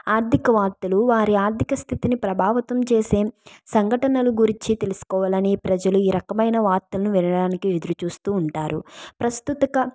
ఆర్థిక వార్తలు వారి ఆర్థిక స్థితిని ప్రభావితం చేసే సంఘటనలు గురించి తెలుసుకోవాలని ప్రజలు ఈ రకమైన వార్తలను వినడానికి ఎదురుచూస్తూ ఉంటారు ప్రస్తుత క